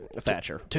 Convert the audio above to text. Thatcher